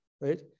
right